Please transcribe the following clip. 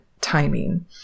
timing